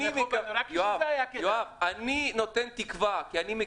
אני נותן תקווה כי אני מקווה.